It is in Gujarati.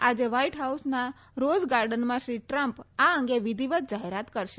આજે વ્હાઈટ હાઉસના રોજ ગાર્ડનમાં શ્રી ટ્રમ્પ આ અંગે વિધિવત જાહેરાત કરશે